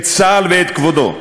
את צה"ל ואת כבודו.